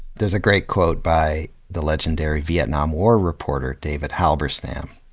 there's a great quote by the legendary vietnam war reporter, david halberstam.